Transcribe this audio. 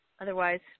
otherwise